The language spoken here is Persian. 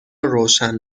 روشن